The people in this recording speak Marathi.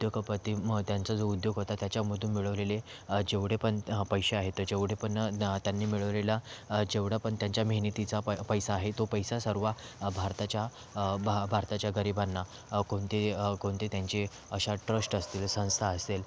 उद्योगपती मग त्यांचा जो उद्योग होता त्याच्यामधून मिळवलेले जेवढे पण पैसे आहेत जेवढे पण त्यांनी मिळवलेला जेवढा पण त्यांच्या मेहनतीचा प पैसा आहे तो पैसा सर्वा भारताच्या भारताच्या गरिबांना कोणते कोणते त्यांचे अशा ट्रष्ट असतील संस्था असेल